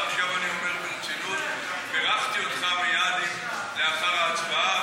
עכשיו אני אומר ברצינות: בירכתי אותך מייד לאחר ההצבעה,